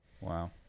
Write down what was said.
Wow